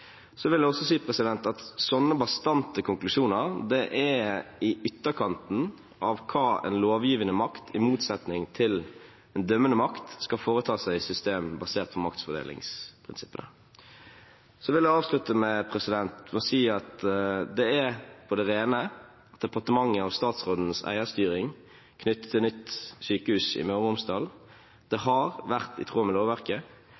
vil også si at slike bastante konklusjoner er i ytterkanten av hva en lovgivende makt, i motsetning til en dømmende makt, skal foreta seg i system basert på maktfordelingsprinsippet. Jeg vil avslutte med å si at det er på det rene at departementets og statsrådens eierstyring knyttet til nytt sykehus i Møre og Romsdal har vært i tråd med lovverket,